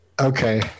Okay